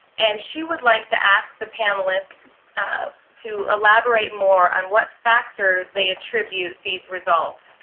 and she would like to ask the panelists to elaborate more on what factors they attribute these results.